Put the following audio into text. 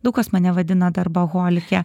daug kas mane vadina darboholike